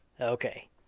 Okay